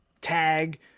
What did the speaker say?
tag